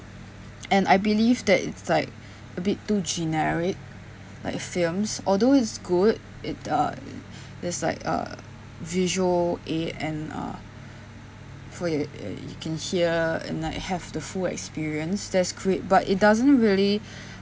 and I believe that it's like a bit too generic like films although it's good it uh it's like uh visual aid and uh for your you can hear and like have the full experience that's great but it doesn't really